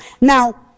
Now